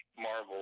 Marvel